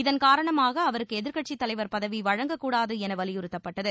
இதன் காரணமாக அவருக்கு எதிர்க்கட்சித் தலைவர் பதவி வழங்கக்கூடாது என வலியுறுத்தப்பட்டது